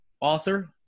author